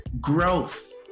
Growth